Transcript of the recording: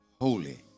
holy